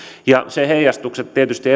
ja tietysti